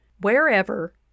Wherever